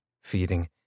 feeding